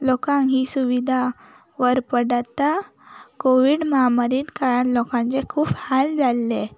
लोकांक ही सुवीधा वरपडता कॉवीड महामारीत काळार लोकांचे खूब हाल जाल्ले